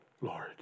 Lord